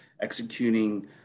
executing